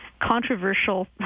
controversial